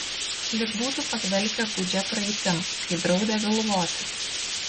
lyg būtų padvelkę gūdžia praeitim kai draudė galvoti